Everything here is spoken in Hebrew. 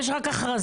יש רק הכרזה.